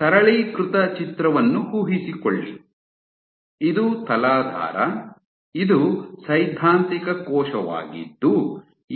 ಸರಳೀಕೃತ ಚಿತ್ರವನ್ನು ಊಹಿಸಿಕೊಳ್ಳಿ ಇದು ತಲಾಧಾರ ಇದು ಸೈದ್ಧಾಂತಿಕ ಕೋಶವಾಗಿದ್ದು